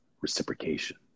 reciprocation